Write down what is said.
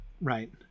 right